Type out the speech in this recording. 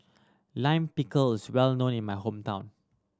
Lime Pickle is well known in my hometown